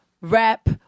rap